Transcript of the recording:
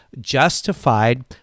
justified